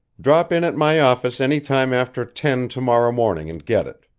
drop in at my office any time after ten to-morrow morning and get it.